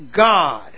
God